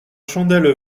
chandelle